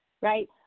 right